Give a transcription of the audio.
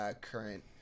current –